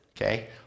okay